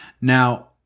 Now